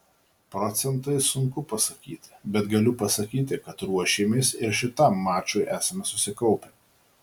procentais sunku pasakyti bet galiu pasakyti kad ruošėmės ir šitam mačui esame susikaupę